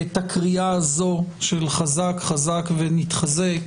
את הקריאה הזאת של "חזק חזק ונתחזק",